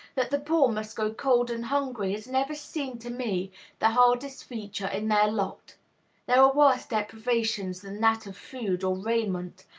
that the poor must go cold and hungry has never seemed to me the hardest feature in their lot there are worse deprivations than that of food or raiment,